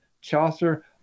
Chaucer